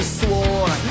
swore